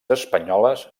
espanyoles